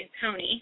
pony